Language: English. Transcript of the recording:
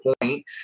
point